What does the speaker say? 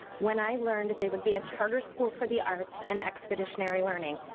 when i learned that they would be a charter school for the arts and expeditionary learning.